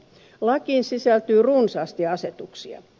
lakiin sisältyy runsaasti asetuksia